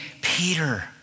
Peter